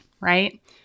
right